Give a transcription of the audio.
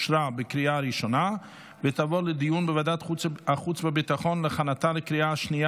לוועדת החוץ והביטחון נתקבלה.